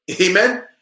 Amen